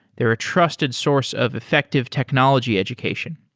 they're a trusted source of effective technology education.